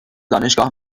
دانشگاه